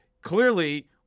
clearly